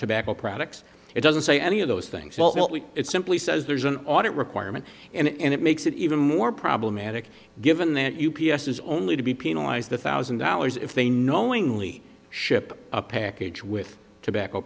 tobacco products it doesn't say any of those things it simply says there's an audit requirement and it makes it even more problematic given that u p s is only to be penalized the thousand dollars if they knowingly ship a package with tobacco